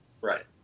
right